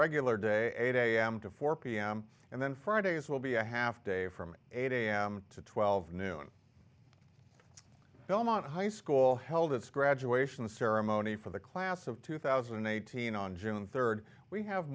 regular day a day am to four pm and then fridays will be a half day from eight am to twelve noon belmont high school held its graduation ceremony for the class of two thousand and eighteen on june third we have